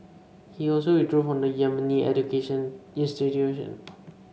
he also withdrew from the Yemeni educational institution